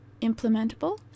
implementable